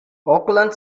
auckland